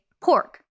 pork